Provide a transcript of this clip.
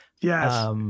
Yes